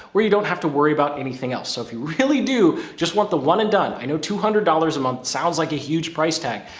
where you don't have to worry about anything else. so if you really do, just want the one and done, i know two hundred dollars a month sounds like a huge price tag,